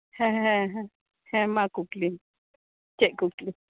ᱦᱮᱸ ᱦᱮᱸ ᱦᱮᱸ ᱢᱟ ᱠᱩᱠᱞᱤᱢᱮ ᱪᱮᱫ ᱠᱩᱠᱞᱤ